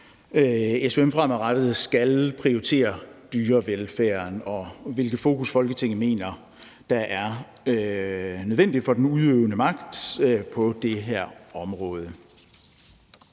fremadrettet skal prioritere dyrevelfærden, og hvilket fokus Folketinget mener det er nødvendigt at den udøvende magt har på det her område.